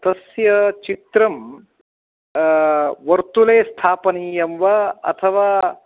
तस्याः चित्रं वर्तुले स्थापनीयं वा अथवा